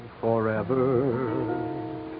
forever